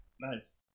Nice